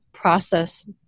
process